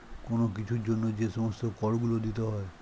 কোন কিছুর জন্য যে সমস্ত কর গুলো দিতে হয়